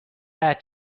that